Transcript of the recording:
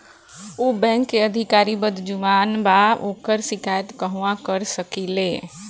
उ बैंक के अधिकारी बद्जुबान बा ओकर शिकायत कहवाँ कर सकी ले